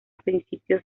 principios